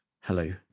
Hello